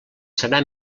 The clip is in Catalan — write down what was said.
serà